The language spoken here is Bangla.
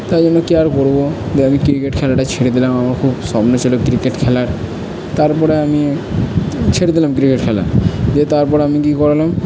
তা ওই জন্য কী আর করব দিয়ে আমি ক্রিকেট খেলাটা ছেড়ে দিলাম আমার খুব স্বপ্ন ছিল ক্রিকেট খেলার তার পরে আমি ছেড়ে দিলাম ক্রিকেট খেলা দিয়ে তারপর আমি কী করলাম